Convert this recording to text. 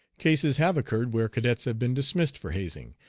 cases have occurred where cadets have been dismissed for hazing,